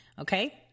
okay